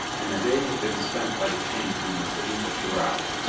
and the day had been spent by the king in the city of schiraz,